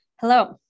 Hello